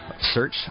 Search